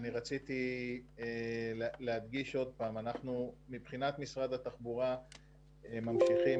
רציתי להדגיש שוב שמבחינת משרד התחבורה אנחנו ממשיכים